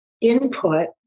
input